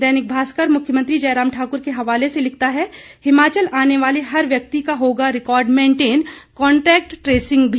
दैनिक भास्कर मुख्यमंत्री जयराम ठाकुर के हवाले से लिखता है हिमाचल आने वाले हर व्यक्ति का होगा रिकार्ड मेंटेन कॉन्टेक्ट ट्रेसिंग भी